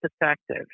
effective